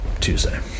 Tuesday